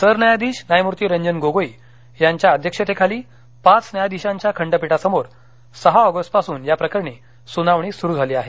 सरन्यायाधीश न्यायमूर्ती रंजन गोगोई यांच्या अध्यक्षतेखाली पाच न्यायाधिशांच्या खंडपीठसमोर सहा ऑगस्टपासून या प्रकरणी सुनावणी सुरू झाली आहे